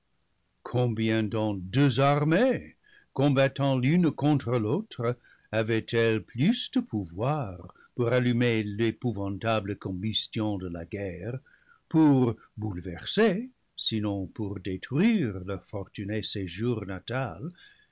combien donc deux armées combattant l'une contre l'autre avaient-elles plus de pouvoir pour allumer l'épouvantable combustion de la guerre pour bouleverser sinon pour détruire leur fortuné séjour natal